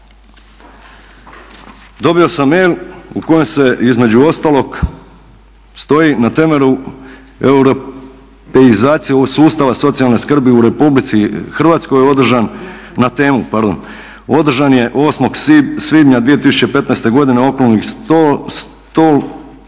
dobio sam mail u kojem se između ostalog stoji na temelju europeizacije sustava socijalne skrbi u RH održan na temu, pardon, održan je 8.svibnja 2015.godine okrugli stol na